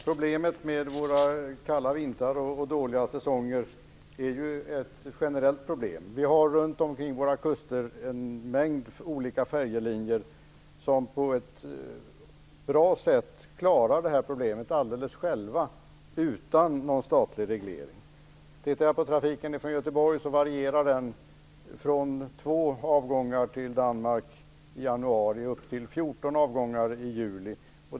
Fru talman! Våra kalla vintrar och dåliga säsonger är ju ett generellt problem. Runt omkring våra kuster har vi en mängd olika färjelinjer som klarar det här problemet på ett bra sätt alldeles själva utan någon statlig reglering. Om vi tittar på trafiken från Göteborg varierar den från två avgångar till Danmark i januari upp till fjorton avgångar i juli.